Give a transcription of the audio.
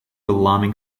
alarming